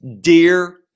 dear